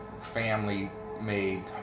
family-made